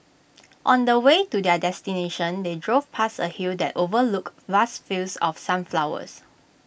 on the way to their destination they drove past A hill that overlooked vast fields of sunflowers